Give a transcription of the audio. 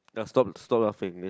ya stop stop laughing ya